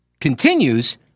continues